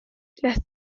las